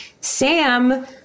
Sam